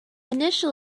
initial